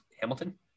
Hamilton